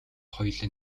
хоёулаа